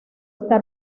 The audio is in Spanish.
está